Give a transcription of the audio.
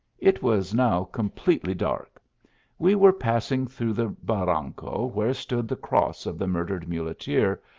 it was now completely dark we were passing through the barranco where stood the cross of the murdered muleteer,